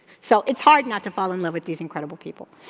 so, it's hard not to fall in love with these incredible people.